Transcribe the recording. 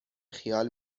خیال